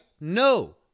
No